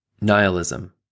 Nihilism